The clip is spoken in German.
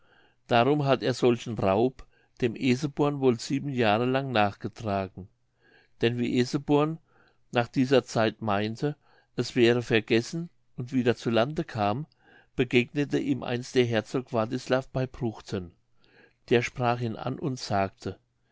darum hat er solchen raub dem eseborn wohl sieben jahre lang nachgetragen denn wie eseborn nach dieser zeit meinte es wäre vergessen und wieder zu lande kam begegnete ihm einst der herzog wartislav bei pruchten der sprach ihn an und sagte